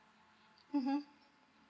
(uh huh)